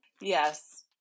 Yes